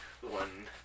one